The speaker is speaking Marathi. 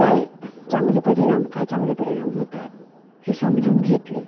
काय चांगले परिणाम काय चांगले परिणाम होतात हे समजून घेतले